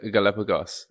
Galapagos